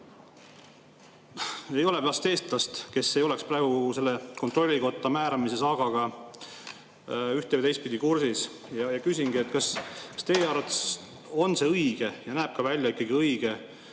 ei ole vast eestlast, kes ei oleks praegu selle kontrollikotta määramise saagaga ühte- või teistpidi kursis. Küsingi, kas teie arvates on see õige ja näeb ka välja õige,